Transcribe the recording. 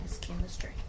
chemistry